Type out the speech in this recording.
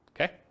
Okay